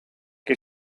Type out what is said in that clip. que